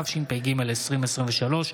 התשפ"ג 2023,